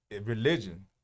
religion